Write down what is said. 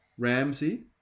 Ramsey